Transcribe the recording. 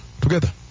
together